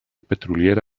petroliera